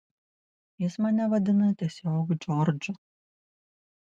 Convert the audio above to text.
jis mane vadina tiesiog džordžu